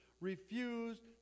refused